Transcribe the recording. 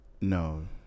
No